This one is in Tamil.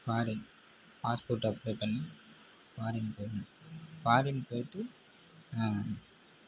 ஃபாரின் பாஸ்போர்ட் அப்ளை பண்ணி ஃபாரின் போகணும் ஃபாரின் போயிட்டு